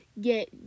get